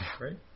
right